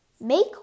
Make